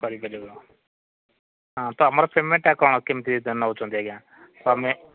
କରିପାରିବୁ ହଁ ତ ଆମର ପେମେଣ୍ଟ୍ଟା କ'ଣ କେମିତି ନେଉଛନ୍ତି ଆଜ୍ଞା ତ ଆମେ